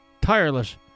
tireless